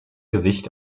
gewicht